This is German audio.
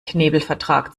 knebelvertrag